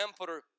emperor